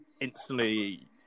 instantly